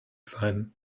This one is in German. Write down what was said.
sein